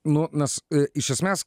nu nes iš esmės